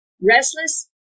restless